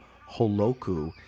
Holoku